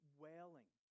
wailing